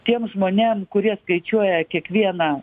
tiem žmonėm kurie skaičiuoja kiekvieną